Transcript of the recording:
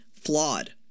flawed